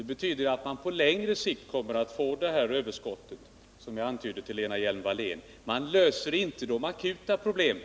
Det betyder att man på längre sikt kommer att få det överskott som jag antydde, Lena Hjelm-Wallén, men man löser inte de akuta problemen.